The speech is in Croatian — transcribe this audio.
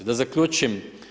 Da zaključim.